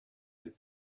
had